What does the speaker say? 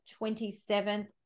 27th